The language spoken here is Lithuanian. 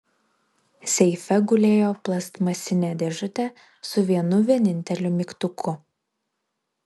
seife gulėjo plastmasinė dėžutė su vienu vieninteliu mygtuku